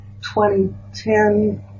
2010